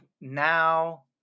now